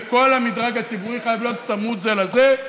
וכל המדרג הציבורי חייב להיות צמוד זה לזה,